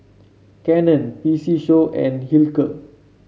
Canon P C Show and Hilker